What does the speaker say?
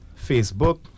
Facebook